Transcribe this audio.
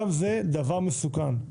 גם זה דבר מסוכן,